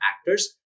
actors